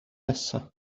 nesaf